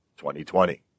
2020